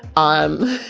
um,